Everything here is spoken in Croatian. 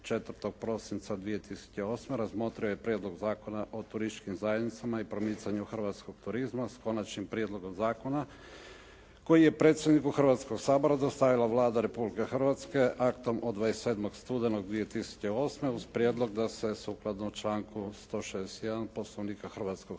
4. prosinca 2008. razmotrio je Prijedlog zakona o turističkim zajednicama i promicanju hrvatskog turizma sa Konačnim prijedlogom zakona koji je predsjedniku Hrvatskoga sabora dostavila Vlada Republike Hrvatske aktom od 27. studenog 2008. uz prijedlog da se sukladno članku 161. Poslovnika Hrvatskoga